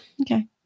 Okay